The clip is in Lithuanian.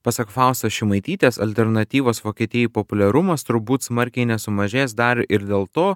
pasak faustos šimaitytės alternatyvos vokietijai populiarumas turbūt smarkiai nesumažės dar ir dėl to